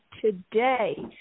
today